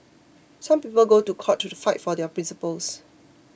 some people go to court to fight for their principles